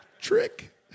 trick